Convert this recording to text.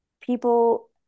people